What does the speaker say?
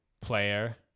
player